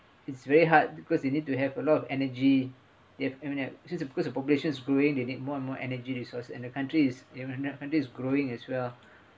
it's very hard because you need to have a lot of energy if I mean if since because the population is growing they need more and more energy resources and the country is country country is growing as well